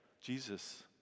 Jesus